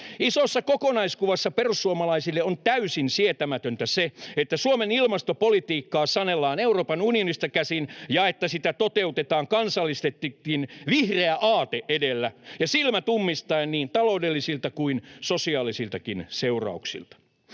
Isossa kokonaiskuvassa perussuomalaisille on täysin sietämätöntä, että Suomen ilmastopolitiikkaa sanellaan Euroopan unionista käsin ja että sitä toteutetaan kansallisestikin vihreä aate edellä ja silmät ummistaen niin taloudellisilta kuin sosiaalisiltakin seurauksilta.